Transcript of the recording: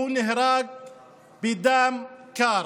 הוא נהרג בדם קר.